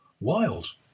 wild